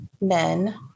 men